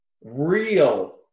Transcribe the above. real